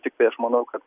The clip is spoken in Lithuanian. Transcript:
tiktai aš manau kad